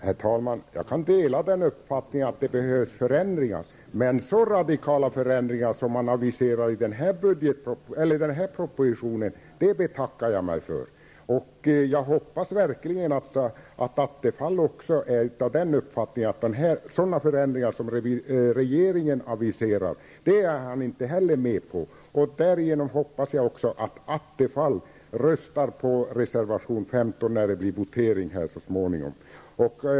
Herr talman! Jag delar uppfattningen att det behövs förändringar. Men så radikala förändringar som man aviserar i propositionen betackar jag mig för. Jag hoppas verkligen att Stefan Attefall också är av den uppfattningen att han inte är med på sådana förändringar som regeringen aviserar. Därigenom hoppas jag också att Attefall röstar på reservation 15 när det så småningom blir dags för votering.